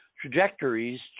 trajectories